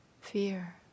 fear